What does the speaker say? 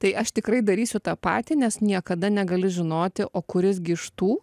tai aš tikrai darysiu tą patį nes niekada negali žinoti o kuris gi iš tų